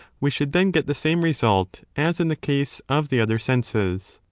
we should then get the same result as in the case of the other senses.